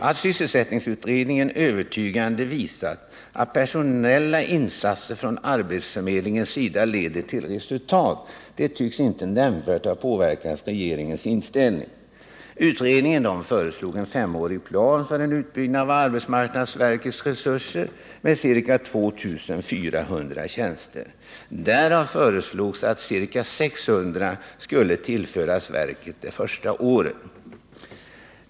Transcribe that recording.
Att sysselsättningsutredningen övertygande visat att personella insatser från arbetsförmedlingens sida leder till resultat, tycks inte nämnvärt ha påverkat regeringens inställning. Utredningen föreslog en femårig plan för utbyggnad av arbetsmarknadsverkets resurser med ca 2 400 tjänster. Därav föreslogs att ca 600 skulle tillföras verket det första året.